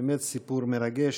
באמת סיפור מרגש.